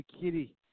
Kitty